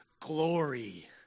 glory